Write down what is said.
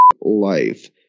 life